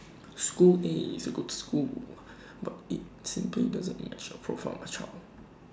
school A is A good school but IT simply doesn't match the profile of my child